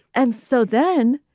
and so then,